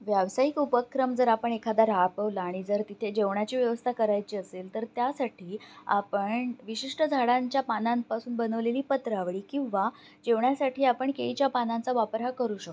व्यावसायिक उपक्रम जर आपण एखादा राबवला आणि जर तिथे जेवणाची व्यवस्था करायची असेल तर त्यासाठी आपण विशिष्ट झाडांच्या पानांपासून बनवलेली पत्रावळी किंवा जेवणासाठी आपण केळीच्या पानांचा वापर हा करू शकतो